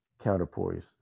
counterpoise